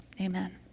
amen